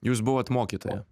jūs buvot mokytoja